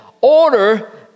order